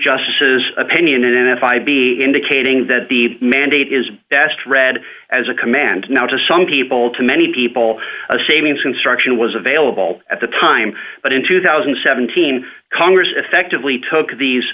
justice's opinion n f i b indicating that the mandate is best read as a command now to some people to many people a savings construction was available at the time but in two thousand and seventeen congress effectively took these